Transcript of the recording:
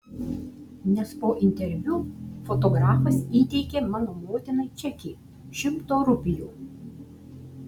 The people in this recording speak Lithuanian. nes po interviu fotografas įteikė mano motinai čekį šimto rupijų